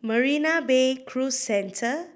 Marina Bay Cruise Centre